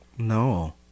no